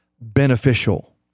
beneficial